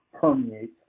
permeates